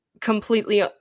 completely